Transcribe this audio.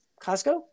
costco